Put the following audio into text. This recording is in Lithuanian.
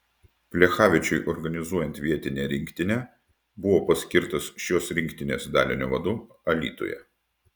plechavičiui organizuojant vietinę rinktinę buvo paskirtas šios rinktinės dalinio vadu alytuje